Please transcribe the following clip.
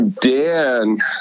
Dan